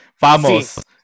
Vamos